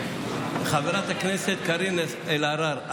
חברת הכנסת קארין אלהרר,